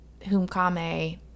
Humkame